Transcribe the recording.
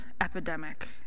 epidemic